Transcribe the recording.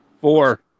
Four